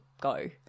go